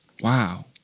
Wow